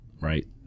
right